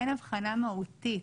אין הבחנה מהותית.